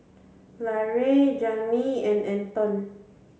Larae Jamil and Anton